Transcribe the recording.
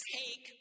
take